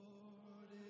Lord